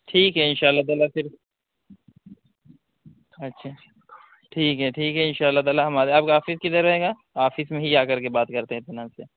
ٹھیک ہے ان شاء اللہ تعالی پھر اچھا ٹھیک ہے ٹھیک ہے ان شاء اللہ تعالی ہم آ رہے آپ کا آفس کدھر رہے گا آفس میں ہی آ کر کے بات کرتے ہیں اطمینان سے